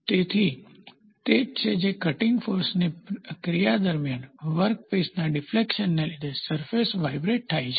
તેથી તે જ છે જે કટીન્ગ ફોર્સની ક્રિયા દરમિયાન વર્કપીસના ડીફ્લેકશનને લીધે સરફેસ વાઈબ્રેટ થાય છે